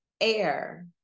air